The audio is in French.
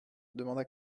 demanda